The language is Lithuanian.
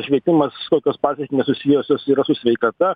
švietimas kokios pasekmės susijusios yra su sveikata